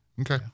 Okay